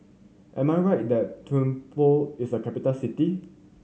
am I right that Thimphu is a capital city